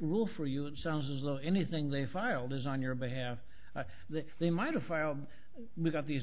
rule for you it sounds as though anything they file does on your behalf that they might have filed without these